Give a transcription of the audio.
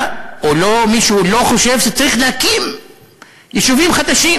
מישהו לא חושב שצריך להקים יישובים חדשים?